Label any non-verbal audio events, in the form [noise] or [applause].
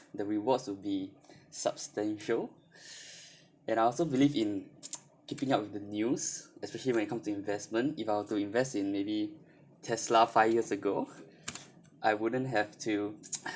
the rewards will be substantial and I also believe in [noise] keeping up with the news especially when it comes to investment if I were to invest in maybe tesla five years ago I wouldn't have to [noise]